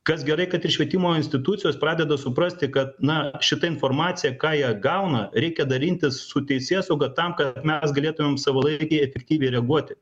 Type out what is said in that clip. kas gerai kad ir švietimo institucijos pradeda suprasti kad na šita informacija ką jie gauna reikia dalintis su teisėsauga tam kad mes galėtumėm savalaikiai efektyviai reaguoti